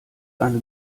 eine